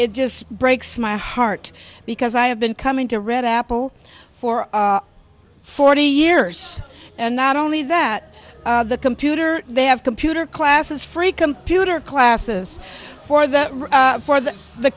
t just breaks my heart because i have been coming to red apple for forty years and not only that the computer they have computer classes free computer classes for the for the the